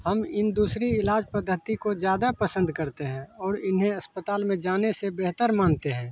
हम इन दूसरी इलाज पद्धती को ज़्यादा पसंद करते हैं और इन्हें अस्पताल में जाने से बेहतर मानते हैं